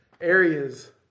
areas